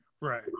Right